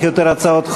אין גם מחיאות כפיים.